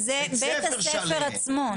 זה בית הספר עצמו.